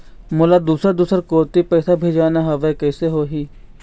मोला दुसर दूसर कोती पैसा भेजवाना हवे, कइसे होही?